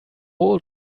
old